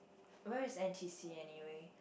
where is N_T_C anyway